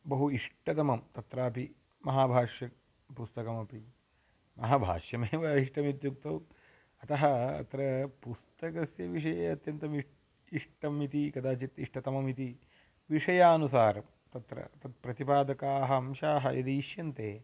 बहु इष्टतमं तत्रापि महाभाष्यम् पुस्तकमपि महाभाष्यमेव इष्टमित्युक्तौ अतः अत्र पुस्तकस्य विषये अत्यन्तम् इष्टं इष्टम् इति कदाचित् इष्टतममिति विषयानुसारं तत्र तत् प्रतिपादकाः अंशाः यदि इष्यन्ते